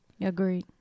Agreed